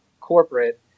corporate